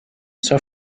zur